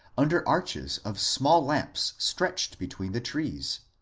under arches of small lamps stretched between the trees.